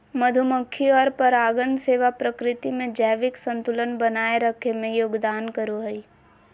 मधुमक्खी और परागण सेवा प्रकृति में जैविक संतुलन बनाए रखे में योगदान करो हइ